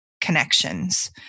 connections